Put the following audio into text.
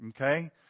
okay